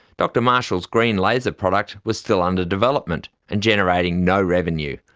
dr marshall's green laser product was still under development and generating no revenue,